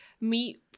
meet –